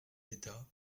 d’état